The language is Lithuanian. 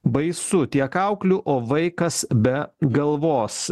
baisu tiek auklių o vaikas be galvos